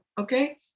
okay